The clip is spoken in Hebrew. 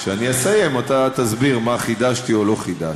כשאני אסיים אתה תסביר מה חידשתי ולא חידשתי.